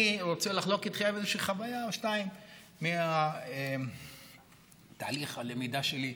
אני רוצה לחלוק אתכם איזושהי חוויה או שתיים מתהליך הלמידה שלי.